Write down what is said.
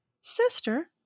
sister